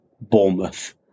Bournemouth